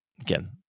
Again